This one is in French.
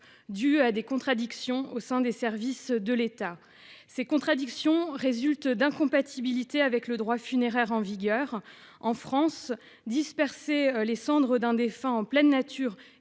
dus à des contradictions au sein des services de l'État. Ces contradictions résultent d'incompatibilités avec le droit funéraire en vigueur : en France, disperser les cendres d'un défunt en pleine nature